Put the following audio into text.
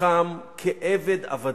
חם "עבד עבדים".